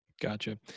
Gotcha